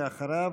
ואחריו,